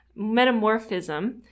metamorphism